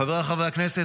חבריי חברי הכנסת,